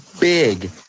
big